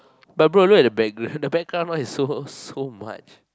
but bro look at the background the background noise is so so much